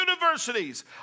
universities